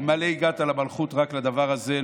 אילו הגעת למלכות רק לדבר הזה,